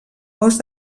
bosc